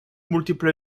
multiple